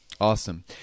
Awesome